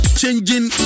changing